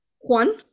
juan